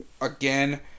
again